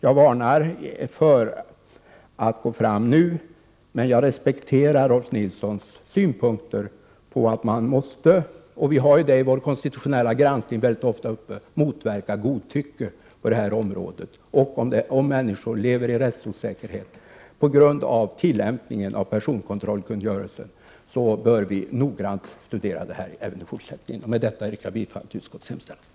Jag varnar för att gå fram nu, men jag respekterar Rolf Nilsons synpunkter på att man måste — vi har ofta detta uppe i vår konstitutionella granskning — motverka godtycke på detta område. Om människor lever i rättsosäkerhet på grund av tillämpningen av personkontrollkungörelsen, bör vi noggrant studera detta även i fortsättningen. Med detta yrkar jag bifall till utskottets hemställan.